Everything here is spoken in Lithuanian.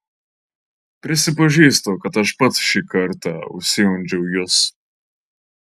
prisipažįstu kad aš pats šį kartą užsiundžiau jus